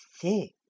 thick